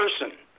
person